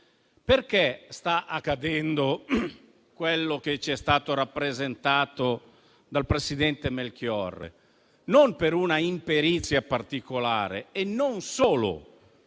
Perché sta accadendo quello che ci è stato rappresentato dal presidente Melchiorre? Non per una imperizia particolare e non solo,